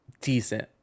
decent